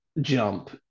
jump